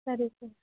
ಸರಿ ಸರ್